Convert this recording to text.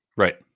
right